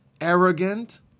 arrogant